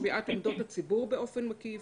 ששמיעת עמדות הציבור באופן מקיף,